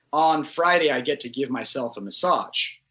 on friday i get to give myself a massage.